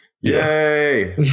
yay